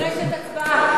רגע, נדרשת הצבעה.